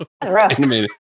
Animated